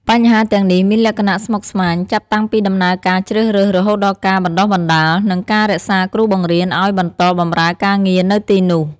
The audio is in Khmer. បញ្ហាទាំងនេះមានលក្ខណៈស្មុគស្មាញ ចាប់តាំងពីដំណើរការជ្រើសរើស រហូតដល់ការបណ្ដុះបណ្ដាល និងការរក្សាគ្រូបង្រៀនឲ្យបន្តបម្រើការងារនៅទីនោះ។